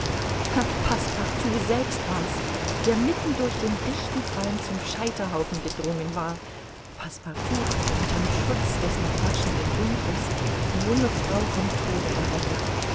passepartout selbst war's der mitten durch den dichten qualm zum scheiterhaufen gedrungen war passepartout hatte unter'm schutz des noch herrschenden dunkels die junge frau vom tode errettet